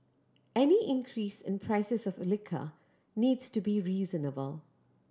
any increase in prices of liquor needs to be reasonable